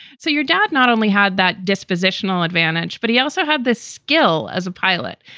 so your dad not only had that dispositional advantage, but he also had this skill as a pilot.